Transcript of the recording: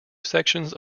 sections